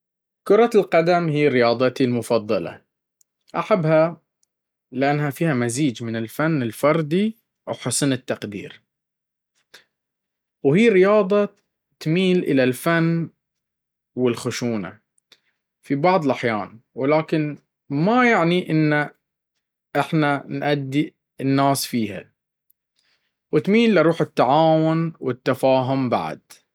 كرة القدم هي رياضتي المفضلة أحبها لانها فيها مزيج من الفن الفردي وحسن التقدير, وهي رياضة تميل الي الفن والخشونة في بعض الاحيان ولكن ما يعني انه احنا نأدي الناس فيها, وتميل لروح التعاون والتفاهم بعد.